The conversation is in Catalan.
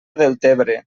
deltebre